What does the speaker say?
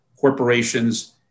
corporations